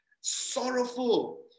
Sorrowful